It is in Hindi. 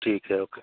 ठीक है ओके